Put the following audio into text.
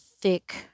thick